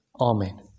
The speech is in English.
Amen